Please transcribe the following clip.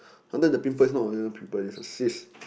under the pimple is not another pimple already is a cysts